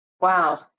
Wow